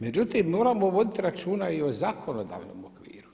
Međutim, moramo voditi računa i o zakonodavnom okviru.